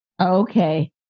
Okay